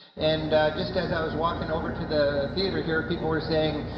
and just as i was walking over to the theater here, people were saying,